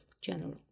general